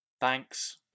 thanks